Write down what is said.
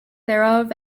thereof